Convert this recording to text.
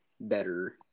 better